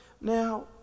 Now